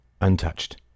untouched